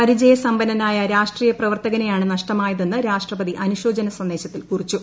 പരിചയ സമ്പന്നനായ രാഷ്ട്രീയ പ്രവർത്തകനെയാണ് നഷ്ടമായതെന്ന് രാഷ് ട്രപതി അനുശോചന സന്ദേശത്തിൽ കുറിച്ചു